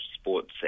sports